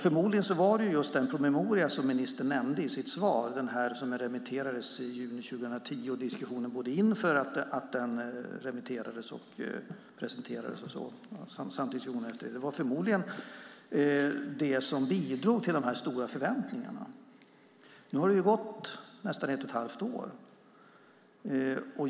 Förmodligen var det just den promemoria som ministern nämnde i sitt svar som remitterades i juni 2010 och diskussionen inför att den presenterades och remitterades som bidrog till de stora förväntningarna. Nu har det gått nästan ett och ett halvt år.